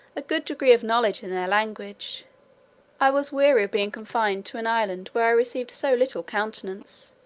a good degree of knowledge in their language i was weary of being confined to an island where i received so little countenance,